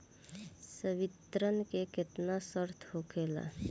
संवितरण के केतना शर्त होखेला?